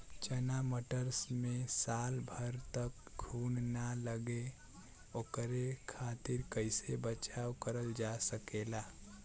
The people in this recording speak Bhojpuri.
चना मटर मे साल भर तक घून ना लगे ओकरे खातीर कइसे बचाव करल जा सकेला?